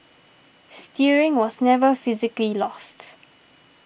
steering was never physically lost